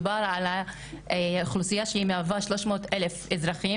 מדובר על האוכלוסייה שהיא מהווה שלוש מאות אלף אזרחים